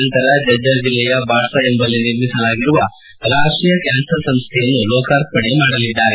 ನಂತರ ಜಜ್ಜರ್ ಜಿಲ್ಲೆಯ ಬಾಡ್ಗಾ ಎಂಬಲ್ಲಿ ನಿರ್ಮಿಸಲಾಗಿರುವ ರಾಷ್ಟೀಯ ಕ್ವಾನ್ಸರ್ ಸಂಸ್ವೆಯನ್ನು ಲೋಕಾರ್ಪಣೆ ಮಾಡಲಿದ್ದಾರೆ